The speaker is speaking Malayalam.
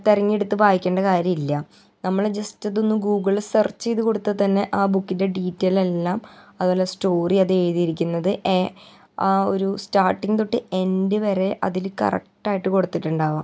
തെരഞ്ഞെടുത്ത് വായിക്കേണ്ട കാര്യം ഇല്ല നമ്മൾ ജസ്റ്റ് ഇതൊന്ന് ഗൂഗിളിൽ സർച്ച് ചെയ്ത് കൊടുത്താൽ തന്നെ ആ ബുക്കിൻ്റെ ഡീറ്റെയിലെല്ലാം അത്പോലെ സ്റ്റോറി അത് എയുതീരിക്കുന്നത് എ ആ ഒരു സ്റ്റാർട്ടിങ് തൊട്ട് എൻഡ് വരെ അതിൽ കറക്റ്റായിട്ട് കൊടുത്തിട്ടുണ്ടാവാം